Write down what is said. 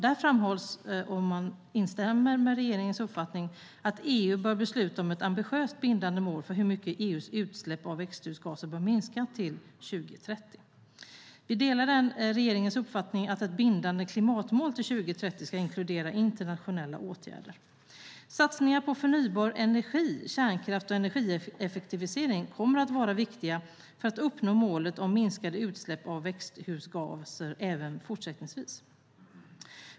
Där framhålls, med instämmande i regeringens uppfattning, att EU bör besluta om ett ambitiöst bindande mål för hur mycket EU:s utsläpp av växthusgaser bör minska till 2030. Vi delar regeringens uppfattning att ett bindande klimatmål till 2030 ska inkludera internationella åtgärder. Satsningar på förnybar energi, kärnkraft och energieffektivisering kommer att vara viktiga för att uppnå målet om minskade utsläpp av växthusgaser även fortsättningsvis.